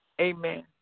Amen